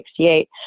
1968